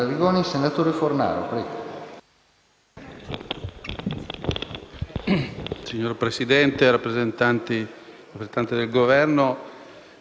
Signor Presidente, signor rappresentante del Governo,